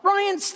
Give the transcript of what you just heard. Ryan